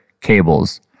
cables